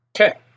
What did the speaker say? okay